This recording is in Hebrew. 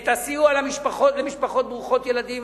את הסיוע למשפחות ברוכות ילדים,